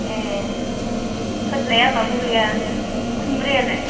ए फोरलाया आंनावबो गैया खुमब्रायालाय